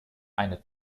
eine